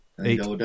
Eight